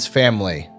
family